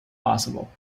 possible